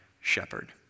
shepherd